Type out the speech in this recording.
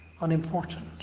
unimportant